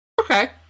okay